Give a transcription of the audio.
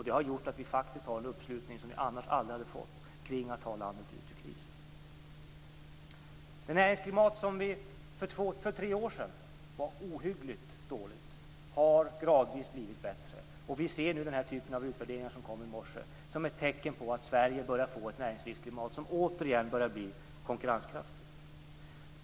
Det har gjort att vi fått en uppslutning som vi annars aldrig hade fått kring att ta landet ur krisen. Det näringsklimat som för tre år sedan var ohyggligt dåligt har gradvis blivit bättre. Vi ser nu den typ av utvärderingar som kom i morse som ett tecken på att Sverige börjar få ett näringslivsklimat som återigen börjar bli konkurrenskraftigt.